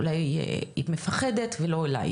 אולי היא מפחדת לא אולי,